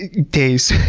days